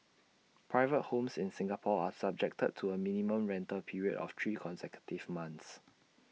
private homes in Singapore are subject to A minimum rental period of three consecutive months